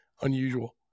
unusual